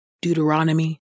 Deuteronomy